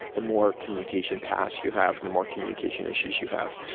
the more communication pass you have, the more communication issues you have.